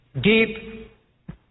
deep